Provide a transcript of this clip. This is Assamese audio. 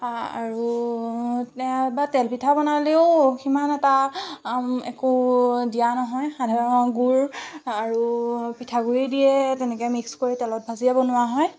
আৰু তেল বা তেলপিঠা বনালেও সিমান এটা একো দিয়া নহয় সাধাৰণ গুৰ আৰু পিঠাগুড়ি দিয়ে তেনেকৈ মিক্স কৰি তেলত ভাজিয়ে বনোৱা হয়